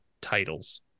titles